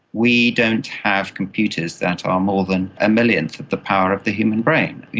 we don't have computers that are more than a millionth of the power of the human brain.